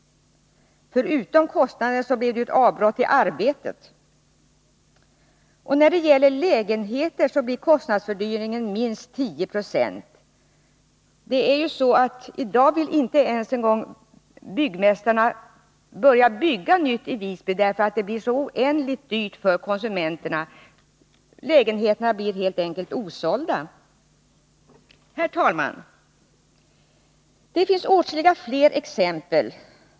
Förutom kostnaden blir det avbrott i arbetet. Och när det gäller byggnation av lägenheter blir kostnadsfördyringen minst 10 26. I dag vill byggmästarna inte ens börja bygga nytt i Visby, därför att det blir så oändligt dyrt för konsumenterna — lägenheterna blir helt enkelt osålda. Herr talman! Det finns åtskilliga fler exempel.